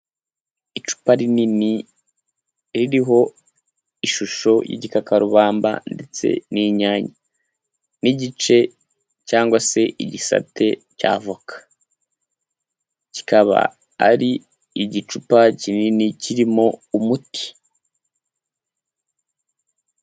Icupa rinini ririho ishusho y'igikakarubamba ndetse n'inyanya n'igice cyangwa se igisate cya avoka, kikaba ari igicupa kinini kirimo umuti.